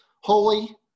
Holy